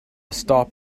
stop